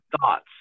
thoughts